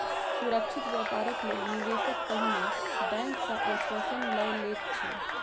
सुरक्षित व्यापारक लेल निवेशक पहिने बैंक सॅ आश्वासन लय लैत अछि